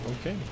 Okay